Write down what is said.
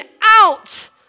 out